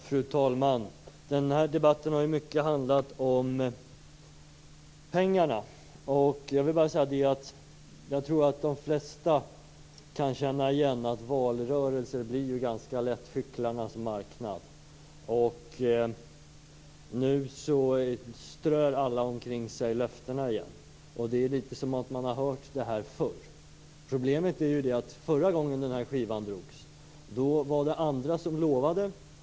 Fru talman! Den här debatten har mycket handlat om pengar. Jag tror att de flesta kan känna igen att valrörelser ganska lätt blir hycklarnas marknad. Nu strör alla omkring sig löftena igen. Det är litet som att man har hört det här förr. Problemet är att förra gången skivan drogs var det andra som lovade.